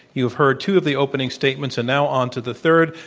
you've heard two of the opening statements and now onto the third.